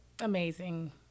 amazing